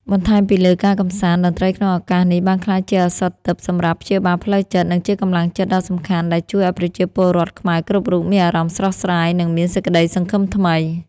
បន្ថែមពីលើការកម្សាន្ត តន្ត្រីក្នុងឱកាសនេះបានក្លាយជាឱសថទិព្វសម្រាប់ព្យាបាលផ្លូវចិត្ត និងជាកម្លាំងចិត្តដ៏សំខាន់ដែលជួយឱ្យប្រជាពលរដ្ឋខ្មែរគ្រប់រូបមានអារម្មណ៍ស្រស់ស្រាយ និងមានសេចក្តីសង្ឃឹមថ្មី។